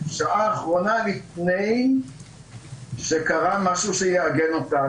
משעה אחרונה לפני שקרה משהו שיעגן אותן,